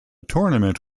tournament